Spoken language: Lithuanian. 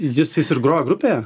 jis jis ir grojo grupė